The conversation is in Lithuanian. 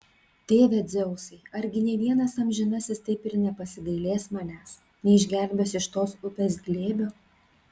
tėve dzeusai argi nė vienas amžinasis taip ir nepasigailės manęs neišgelbės iš tos upės glėbio